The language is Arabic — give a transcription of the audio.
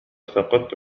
فقدت